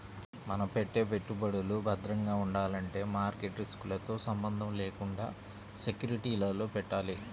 మనం పెట్టే పెట్టుబడులు భద్రంగా ఉండాలంటే మార్కెట్ రిస్కులతో సంబంధం లేకుండా సెక్యూరిటీలలో పెట్టాలి